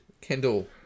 kendall